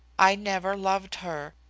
i never loved her.